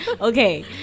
Okay